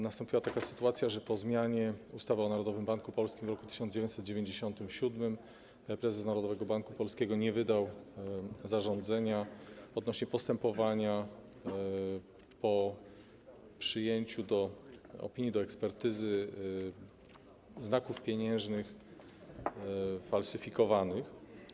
Nastąpiła taka sytuacja, że po zmianie ustawy o Narodowym Banku Polskim w roku 1997 prezes Narodowego Banku Polskiego nie wydał zarządzenia odnośnie do postępowania po przyjęciu do opinii, do ekspertyzy znaków pieniężnych falsyfikowanych.